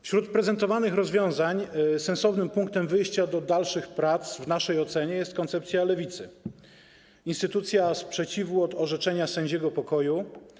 Wśród prezentowanych rozwiązań sensownym punktem wyjścia do dalszych prac w naszej ocenie jest koncepcja Lewicy, z instytucją sprzeciwu wobec orzeczenia sędziego pokoju.